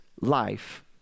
life